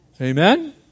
Amen